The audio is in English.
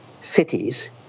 cities